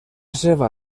seva